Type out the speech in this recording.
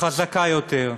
חזקה יותר.